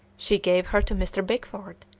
she gave her to mr. bickford,